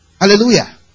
Hallelujah